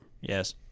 Yes